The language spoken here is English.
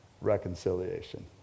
reconciliation